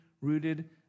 rooted